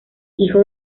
hijo